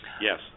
Yes